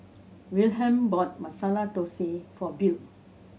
Wilhelm bought Masala Dosa for Bill